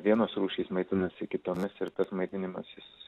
vienos rūšys maitinasi kitomis ir tad maitinimasis